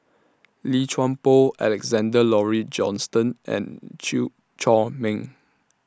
Lim Chuan Poh Alexander Laurie Johnston and Chew Chor Meng